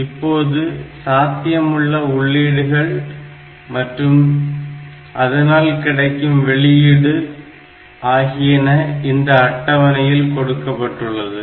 இப்போது சாத்தியமுள்ள உள்ளீடுகள் மற்றும் அதனால் கிடைக்கும் வெளியீடு ஆகியன இந்த அட்டவணையில் கொடுக்கப்பட்டுள்ளது